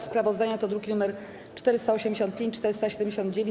Sprawozdania to druki nr 485 i 479.